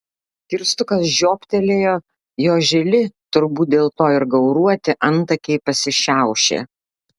kirstukas žiobtelėjo jo žili turbūt dėl to ir gauruoti antakiai pasišiaušė